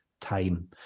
time